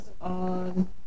on